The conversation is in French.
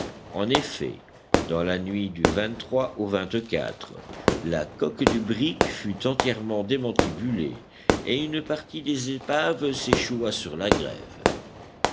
en effet dans la nuit du au la coque du brick fut entièrement démantibulée et une partie des épaves s'échoua sur la grève